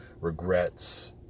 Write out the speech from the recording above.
regrets